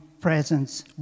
presence